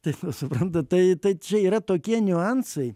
tai suprantat tai čia yra tokie niuansai